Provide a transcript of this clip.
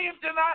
tonight